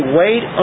wait